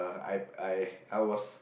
I I I was